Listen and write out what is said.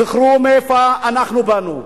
זכרו מאיפה באנו,